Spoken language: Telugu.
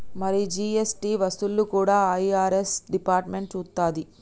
మరి జీ.ఎస్.టి వసూళ్లు కూడా ఐ.ఆర్.ఎస్ డిపార్ట్మెంట్ సూత్తది